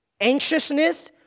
Anxiousness